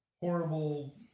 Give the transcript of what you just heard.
horrible